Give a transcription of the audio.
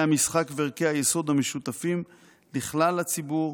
המשחק וערכי היסוד המשותפים לכלל הציבור,